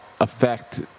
affect